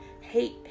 hate